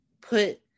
put